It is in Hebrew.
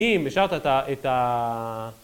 אם השארת את ה... את ה...